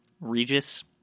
Regis